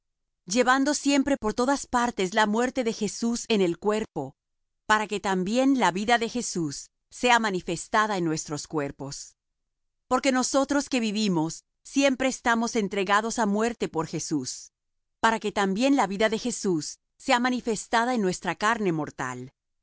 llevando siempre por todas partes la muerte de jesús en el cuerpo para que también la vida de jesús sea manifestada en nuestros cuerpos porque nosotros que vivimos siempre estamos entregados á muerte por jesús para que también la vida de jesús sea manifestada en nuestra carne mortal